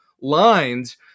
lines